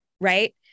Right